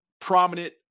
prominent